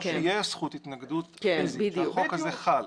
איפה שיש זכות התנגדות פיסית והחוק הזה חל,